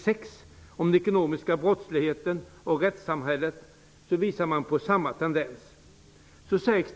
6, Den ekonomiska brottsligheten och rättssamhället, visar samma tendens.